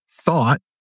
thought